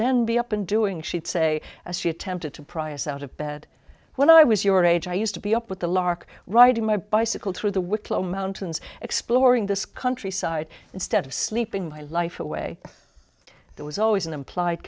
then be up and doing she'd say as she attempted to pry us out of bed when i was your age i used to be up with the lark riding my bicycle through the wicklow mountains exploring this countryside instead of sleeping my life away there was always an implied